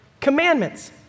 commandments